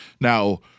Now